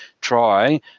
try